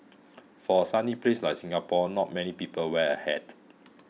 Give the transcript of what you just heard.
for a sunny place like Singapore not many people wear a hat